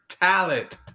talent